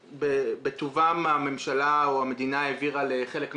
שבטובה הממשלה או המדינה העבירה לחלק מהרשויות.